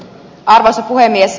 arvoisa puhemies